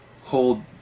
hold